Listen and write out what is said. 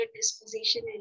disposition